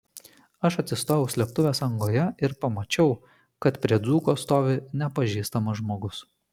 aš atsistojau slėptuvės angoje ir pamačiau kad prie dzūko stovi nepažįstamas žmogus